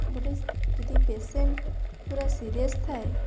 ଗୋଟେ ଯଦି ପେସେଣ୍ଟ୍ ପୂରା ସିରିଏସ୍ ଥାଏ